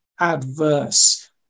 adverse